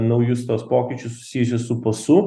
naujus tuos pokyčius susijusius su pasų